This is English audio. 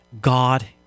God